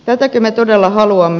tätäkö me todella haluamme